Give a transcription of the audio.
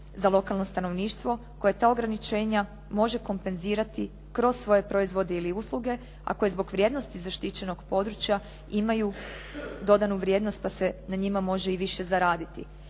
za lokalno stanovništvo koje ta ograničenja može kompenzirati kroz svoje proizvode ili usluge, a koje zbog vrijednosti zaštićenog područja imaju dodanu vrijednost pa se na njima može i više zaraditi.